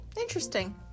interesting